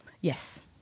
Yes